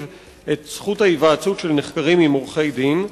את זכות ההיוועצות של נחקרים עם עורכי-דין.